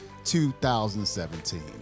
2017